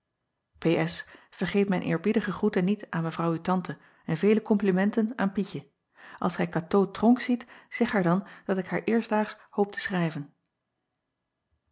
ergeet mijn eerbiedige groete niet aan evrouw uw tante en vele komplimenten aan ietje ls gij atoo ronck ziet zeg haar dan dat ik haar eerstdaags hoop te schrijven